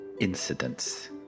incidents